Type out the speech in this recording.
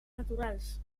naturals